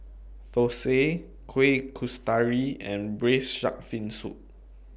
Thosai Kuih Kasturi and Braised Shark Fin Soup